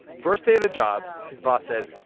first day of the job, his boss says,